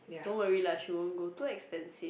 don't worry lah she won't go too expensive